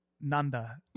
Nanda